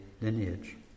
lineage